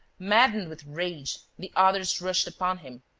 maddened with rage, the others rushed upon him,